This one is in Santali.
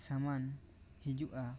ᱥᱟᱢᱟᱱ ᱦᱤᱡᱩᱜᱼᱟ ᱚᱲᱟᱜ